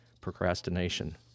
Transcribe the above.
procrastination